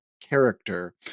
character